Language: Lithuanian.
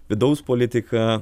vidaus politika